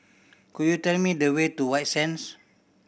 could you tell me the way to White Sands